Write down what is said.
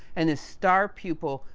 and the star pupil,